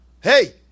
Hey